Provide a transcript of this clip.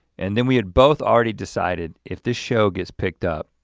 and then we had both already decided if this show gets picked up.